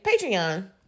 Patreon